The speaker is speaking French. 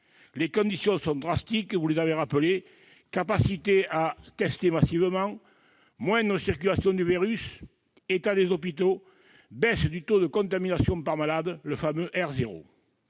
Les conditions sont drastiques- vous les avez rappelées : capacité à tester massivement, moindre circulation du virus, état des hôpitaux, baisse du taux de contamination par malade, le fameux R0.